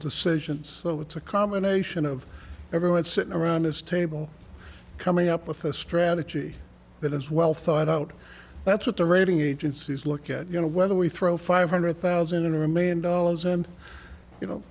decisions so it's a combination of everyone sitting around this table coming up with a strategy that is well thought out that's what the rating agencies look at you know whether we throw five hundred thousand or a million dollars and you know